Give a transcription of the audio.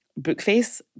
Bookface